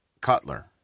cutler